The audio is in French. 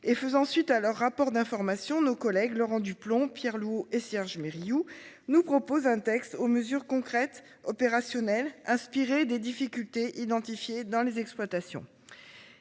et faisant suite à leur rapport d'information nos collègues Laurent Duplomb Pierre-Loup et Serge mais Riou nous propose un texte aux mesures concrètes, opérationnelles, inspiré des difficultés identifiées dans les exploitations.